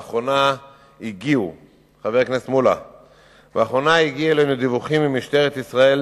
לאחרונה הגיעו אלינו דיווחים ממשטרת ישראל